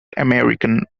american